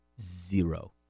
Zero